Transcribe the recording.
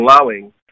allowing